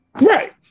right